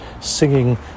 singing